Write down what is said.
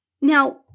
Now